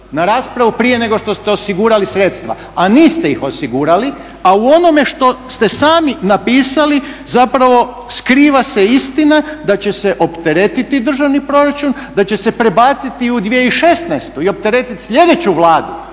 na raspravu prije nego što ste osigurali sredstva, a niste ih osigurali a u onome što ste sami napisali zapravo skriva se istina da će se opteretiti državni proračun, da će se prebaciti u 2016.i opteretit slijedeću Vladu,